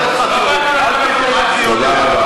תודה רבה.